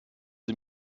ich